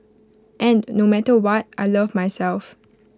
and no matter what I love myself